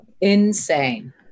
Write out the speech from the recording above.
insane